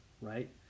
right